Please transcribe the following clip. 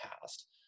past